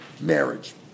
marriage